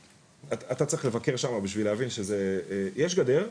אתה צריך לבקר שם בשביל להבין שיש גדר,